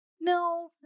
No